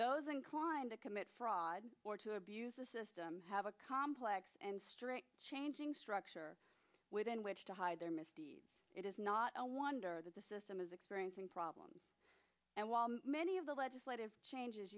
those inclined to commit fraud or to abuse the system have a complex and strict changing structure within which to hide their misdeeds it is not a wonder that the system is experiencing problems and while many of the legislative changes